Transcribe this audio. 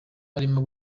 arimo